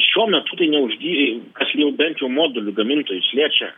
šiuo metu tai neuždi kas jau bent jau modulių gamintojus liečia